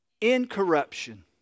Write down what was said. incorruption